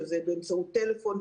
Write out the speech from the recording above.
באמצעות טלפון,